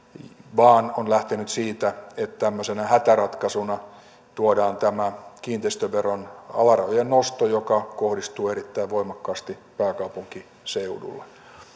vaan on lähtenyt siitä että tämmöisenä hätäratkaisuna tuodaan tämä kiinteistöveron alarajojen nosto joka kohdistuu erittäin voimakkaasti pääkaupunkiseudulle